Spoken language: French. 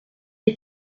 est